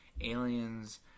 aliens